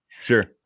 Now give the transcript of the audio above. sure